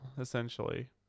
essentially